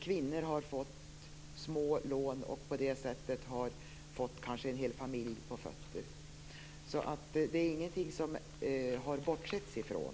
Kvinnor har fått små lån, och på det sättet har de kanske fått en hel familj på fötter. Så det här är inget som vi har bortsett från.